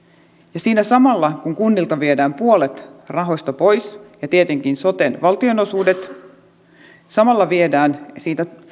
ja siinä samalla kun kunnilta viedään pois puolet rahoista ja tietenkin soten valtionosuudet viedään siitä